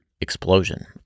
explosion